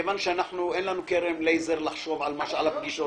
כיוון שאין לנו קרן לייזר לחשוב על הפגישות